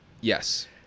Yes